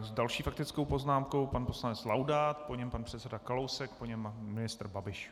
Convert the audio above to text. S další faktickou poznámkou pan poslanec Laudát, po něm pan předseda Kalousek, po něm pan ministr Babiš.